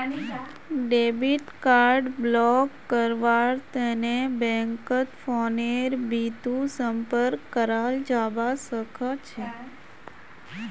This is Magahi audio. डेबिट कार्ड ब्लॉक करव्वार तने बैंकत फोनेर बितु संपर्क कराल जाबा सखछे